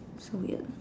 weird